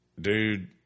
dude